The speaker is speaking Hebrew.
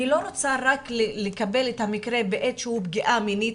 אני לא רוצה רק לקבל את המקרה בעת שהוא פגיעה מינית,